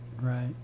Right